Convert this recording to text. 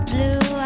Blue